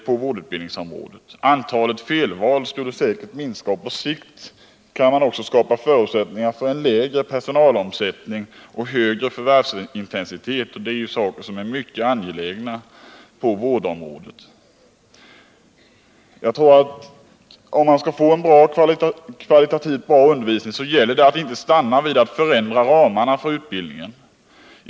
Med en sådan ordning skulle säkert antalet felval minska, och på sikt skulle också förutsättningar kunna skapas såväl för en lägre personalomsättning som för en högre förvärvsintensitet, något som ju är mycket angeläget inom vårdområdet. Vill man få en kvalitativt bra undervisning tror jag att det gäller att inte stanna vid att förändra ramarna för utbildningen.